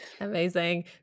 amazing